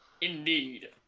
Indeed